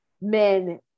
men